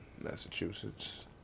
Massachusetts